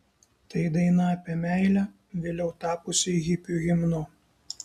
tai daina apie meilę vėliau tapusi hipių himnu